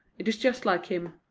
it is just like him.